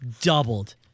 Doubled